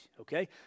okay